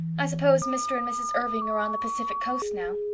i suppose mr. and mrs. irving are on the pacific coast now.